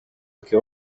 anche